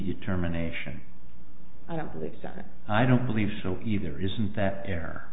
determination i don't believe i don't believe so either isn't that fair